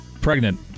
Pregnant